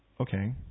okay